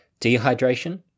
dehydration